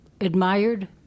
admired